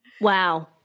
Wow